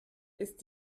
ist